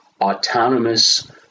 autonomous